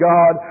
God